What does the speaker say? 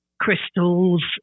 crystals